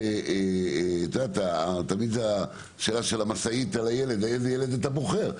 תמיד זאת השאלה איזה ילד אתה בוחר.